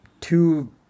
two